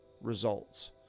Results